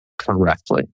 Correctly